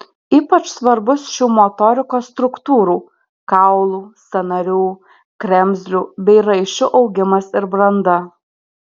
ypač svarbus šių motorikos struktūrų kaulų sąnarių kremzlių bei raiščių augimas ir branda